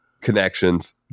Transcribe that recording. connections